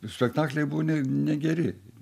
spektakliai buvo negeri